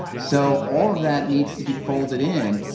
so, all of that needs to be folded in.